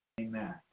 amen